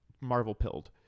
Marvel-pilled